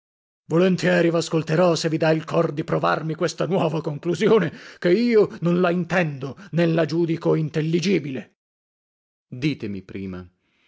lasc volentieri vascolterò se vi dà il cor di provarmi questa nuova conclusione ché io non la intendo né la giudico intelligibile per ditemi prima